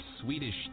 Swedish